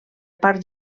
part